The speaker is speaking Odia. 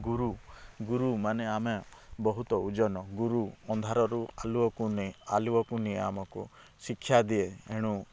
ଗୁରୁ ଗୁରୁ ମାନେ ଆମେ ବହୁତ ଓଜନ ଗୁରୁ ଅନ୍ଧାରରୁ ଆଲୁଅକୁ ଆଲୁଅକୁ ନିଏ ଆମକୁ ଶିକ୍ଷା ଦିଏ ଏଣୁ